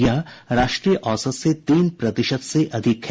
यह राष्ट्रीय औसत से तीन प्रतिशत से अधिक है